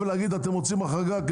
לבוא ולהגיד שאתם רוצים החרגה,